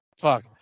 Fuck